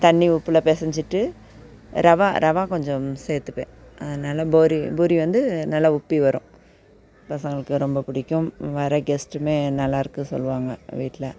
தண்ணி உப்பில் பிசஞ்சிட்டு ரவை ரவை கொஞ்சம் சேர்த்துப்பேன் நல்லா போரி பூரி வந்து நல்லா உப்பி வரும் பசங்களுக்கு ரொம்ப பிடிக்கும் வர்ற ஹெஸ்ட்டுமே நல்லா இருக்குது சொல்லுவாங்க வீட்டில்